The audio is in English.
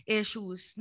issues